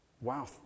wow